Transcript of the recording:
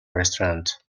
restaurant